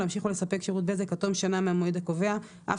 להמשיך ולספק את שירות הבזק עד תום שנה מהמועד הקובע אף